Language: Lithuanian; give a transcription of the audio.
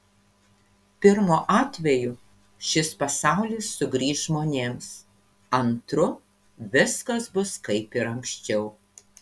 pirmu atveju šis pasaulis sugrįš žmonėms antru viskas bus kaip ir anksčiau